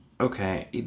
Okay